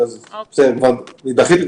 אז תיקחו את